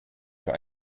für